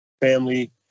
family